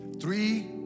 Three